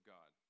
God